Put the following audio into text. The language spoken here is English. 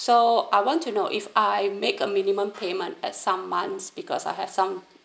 so I want to know if I make a minimum payment at some months because I have some